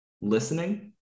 listening